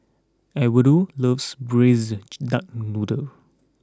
Edwardo loves Braised Duck Noodle